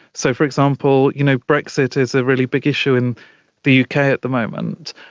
so, for example, you know brexit is a really big issue in the uk at the moment,